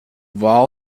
wall